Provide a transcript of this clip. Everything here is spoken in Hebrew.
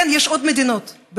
כן, יש עוד מדינות באירופה,